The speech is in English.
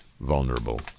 vulnerable